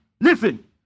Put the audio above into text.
Listen